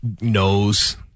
knows